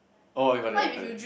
oh I got it I got it